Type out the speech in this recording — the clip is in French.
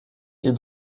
est